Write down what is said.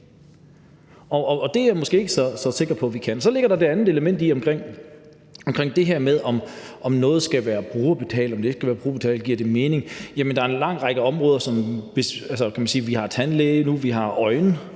og det er jeg måske ikke så sikker på at vi kan. Så ligger der det andet element i det med, om noget skal være brugerbetalt, eller om det ikke skal være brugerbetalt, og om det giver mening. Der er en lang række områder, kan man sige: Vi har tandlæger nu, vi har